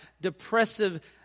depressive